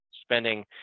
spending